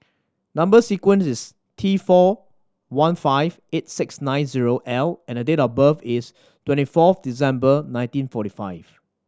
number sequence is T four one five eight six nine zero L and the date of birth is twenty fourth December nineteen forty five